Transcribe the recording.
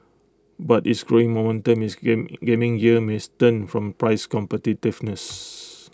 but its growing momentum this game gaming gear may stem from price competitiveness